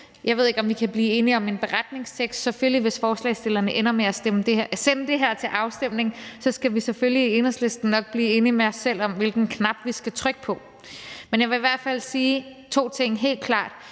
Jeg ved ikke, om vi kan blive enige om en beretningstekst, men hvis forslagsstillerne ender med at sende det her til afstemning, skal vi i Enhedslisten selvfølgelig nok blive enige med os selv om, hvilken knap vi skal trykke på. Men jeg vil i hvert fald sige to ting helt klart: